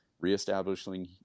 reestablishing